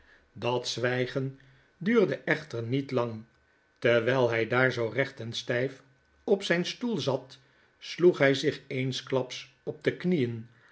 dat zwijgen duurde echter niet lang terwijl hij daar zoo recht en stijf op zijn stoel zat sloeg hij zich eensklaps op de knieen